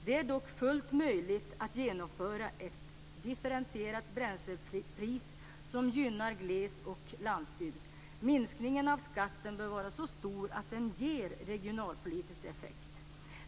Det är dock fullt möjligt att genomföra ett differentierat bränslepris, som gynnar gles och landsbygd. Minskningen av skatten bör vara så stor att den ger regionalpolitisk effekt.